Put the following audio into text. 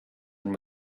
and